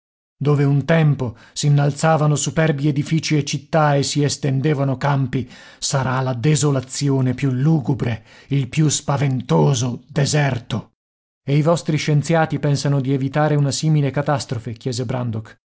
dove un tempo s'innalzavano superbi edifici e città e si estendevano campi sarà la desolazione più lugubre il più spaventoso deserto e i vostri scienziati pensano di evitare una simile catastrofe chiese brandok